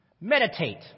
Meditate